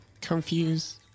confused